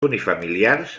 unifamiliars